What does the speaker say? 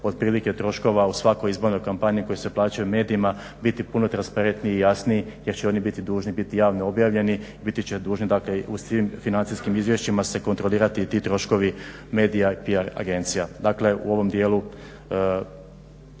od prilike troškova u svakoj izbornoj kampanji koji se plaćaju medijima biti puno transparentniji i jasniji jer će oni biti dužni biti javno objavljeni, biti će dužni u svim financijskim izvješćima se kontrolirati i ti troškovi medija i pjar agencija. Dakle u ovom dijelu